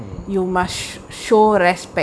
mm